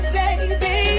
baby